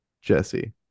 Jesse